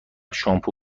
شامپو